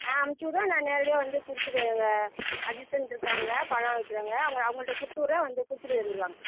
ஆ அம்ச்சி விடுங்க நான் நேரடியாக வந்து கொடுத்துறேன் எங்கள் அசிஸ்டென்ட் இருக்காங்க பழம் விக்கிறவங்க அவங்க அவங்கள்ட்ட கொடுத்து விட்றேன் வந்து கொடுத்துட்டு வந்துடுவாங்க